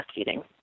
breastfeeding